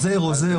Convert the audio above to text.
עוזר.